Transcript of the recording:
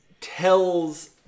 tells